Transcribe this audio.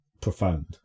profound